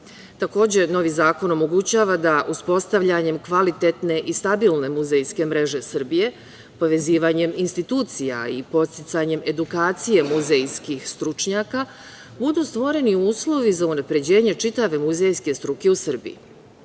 baštine. Takođe, novi zakon omogućava da uspostavljanjem kvalitetne i stabilne muzejske mreže Srbije, povezivanjem institucija i podsticanjem edukacije muzejskih stručnjaka budu stvoreni uslovi za unapređenje čitave muzejske struke u Srbiji,